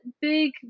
big